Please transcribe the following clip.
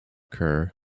kerr